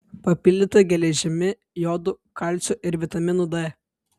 papildyta geležimi jodu kalciu ir vitaminu d